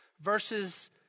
Verses